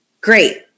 Great